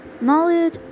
knowledge